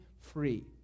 Free